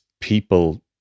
people